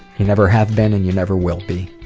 you never have been and you never will be.